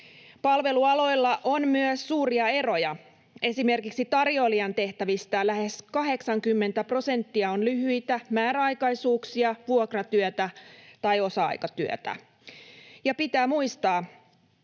Palvelualoilla on myös suuria eroja. Esimerkiksi tarjoilijan tehtävistä lähes 80 prosenttia on lyhyitä määräaikaisuuksia, vuokratyötä tai osa-aikatyötä. Ja pitää muistaa,